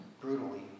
brutally